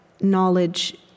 knowledge